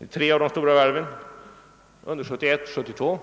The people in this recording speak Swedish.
i tre av de stora varven under 1971—1972.